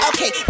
Okay